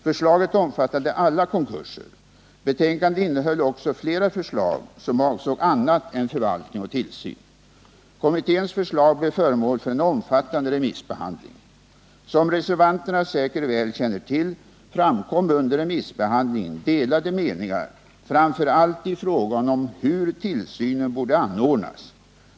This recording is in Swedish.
Förslaget omfattade alla konkurser. Betänkandet innehöll också flera förslag som avsåg annat än förvaltning och tillsyn. Kommitténs förslag blev föremål för en omfattande remissbehandling. Som reservanterna säkert väl känner till framkom under remissbehandlingen delade meningar, framför allt i frågan om hur tillsynen borde anordnas.